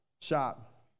shop